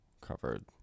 covered